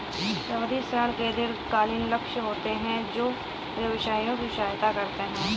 सावधि ऋण के दीर्घकालिक लक्ष्य होते हैं जो व्यवसायों की सहायता करते हैं